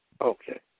Okay